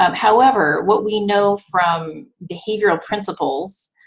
um however, what we know from behavioral principles,